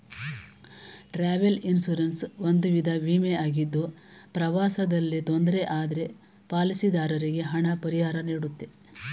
travel insurance ಒಂದು ವಿಧ ವಿಮೆ ಆಗಿದ್ದು ಪ್ರವಾಸದಲ್ಲಿ ತೊಂದ್ರೆ ಆದ್ರೆ ಪಾಲಿಸಿದಾರರಿಗೆ ಹಣ ಪರಿಹಾರನೀಡುತ್ತೆ